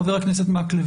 חבר הכנסת מקלב,